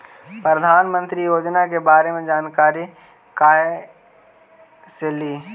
प्रधानमंत्री योजना के बारे मे जानकारी काहे से ली?